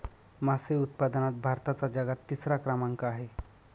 मासे उत्पादनात भारताचा जगात तिसरा क्रमांक आहे